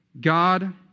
God